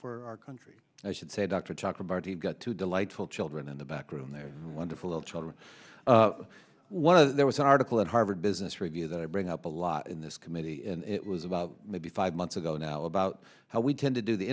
for our country i should say dr talk about he's got to delightful children in the back room they're wonderful children one of there was an article at harvard business review that i bring up a lot in this committee and it was about maybe five months ago now about how we can to do the